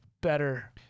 better